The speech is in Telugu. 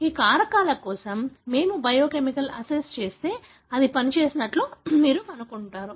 ఈ కారకాల కోసం మేము బయోకెమికల్ అస్సే చేస్తే అది పని చేస్తున్నట్లు మీరు కనుగొంటారు